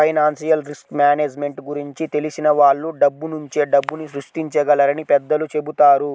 financial risk management గురించి తెలిసిన వాళ్ళు డబ్బునుంచే డబ్బుని సృష్టించగలరని పెద్దలు చెబుతారు